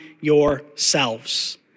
yourselves